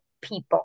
people